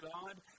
God